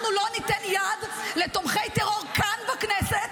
אנחנו לא ניתן יד לתומכי טרור כאן בכנסת